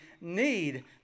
need